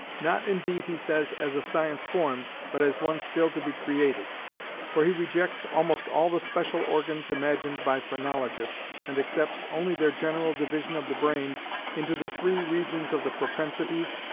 not, indeed, he says, as a science formed but as one still to be created for he rejects almost all the special organs imagined by phrenologists, and accepts only their general division of the brain into the three regions of the propensities,